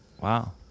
Wow